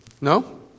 No